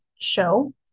show